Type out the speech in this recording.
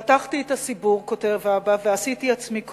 פתחתי את הסידור, כותב אבא, ועשיתי עצמי קורא,